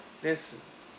yes